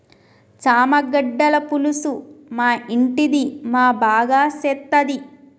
చామగడ్డల పులుసు మా ఇంటిది మా బాగా సేత్తది